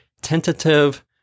tentative